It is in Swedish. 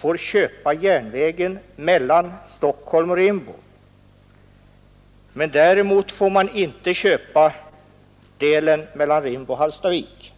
får köpa järnvägen mellan Stockholm och Rimbo. Däremot får man inte köpa delen mellan Rimbo och Hallstavik.